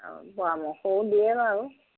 আৰু পৰামৰ্শও দিয়ে বাৰু